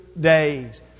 days